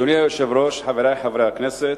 אדוני היושב-ראש, חברי חברי הכנסת,